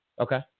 okay